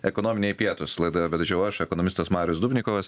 ekonominiai pietūs laidą vedžiau aš ekonomistas marius dubnikovas